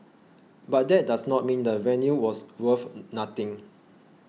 but that does not mean the venue was worth nothing